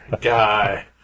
guy